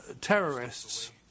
terrorists